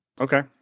Okay